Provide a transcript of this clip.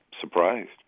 surprised